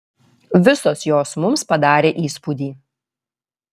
visos jos mums padarė įspūdį